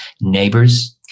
neighbors